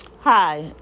Hi